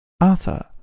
Arthur